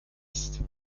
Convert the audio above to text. ist